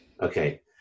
Okay